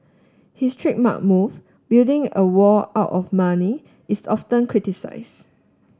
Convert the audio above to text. his trademark move building a wall out of money is often criticised